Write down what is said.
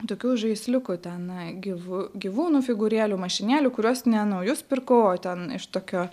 tokių žaisliukų tenai gyvų gyvūnų figūrėlių mašinėlių kurios nenaujus pirkau o ten iš tokių